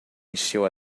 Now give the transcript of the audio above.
encheu